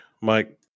Mike